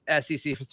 SEC